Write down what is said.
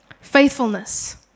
Faithfulness